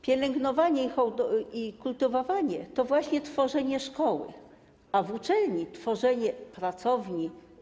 Pielęgnowanie i kultywowanie to właśnie tworzenie szkoły, a w uczelni tworzenie pracowni.